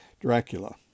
Dracula